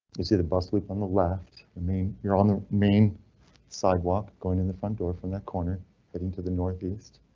you see the bus loop on the left. i mean you're on the main sidewalk going in the front door from that corner heading to the northeast.